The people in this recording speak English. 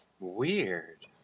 Weird